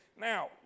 now